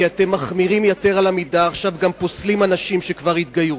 כי אתם מחמירים יתר על המידה ועכשיו גם פוסלים אנשים שהתגיירו,